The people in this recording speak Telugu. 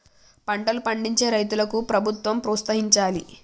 పంటలు పండించే రైతులను ప్రభుత్వం ప్రోత్సహించాలి